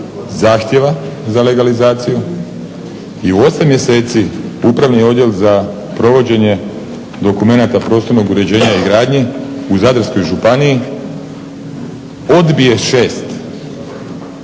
zahtjeva za legalizaciju i u 8 mjeseci Upravni odjel za provođenje dokumenata prostornog uređenja i gradnje u Zadarskoj županiji odbije 6,